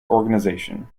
organization